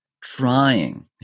trying